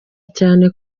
cyane